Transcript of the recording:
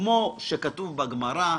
כמו שכתוב בגמרא: